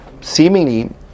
seemingly